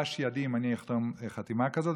תיבש ידי אם אני אחתום חתימה כזאת,